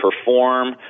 perform